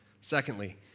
Secondly